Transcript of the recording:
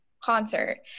concert